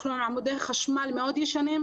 אנחנו על עמודי חשמל מאוד ישנים.